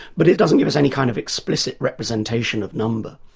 but it doesn't give us any kind of explicit representation of number.